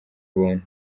ubuntu